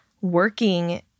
working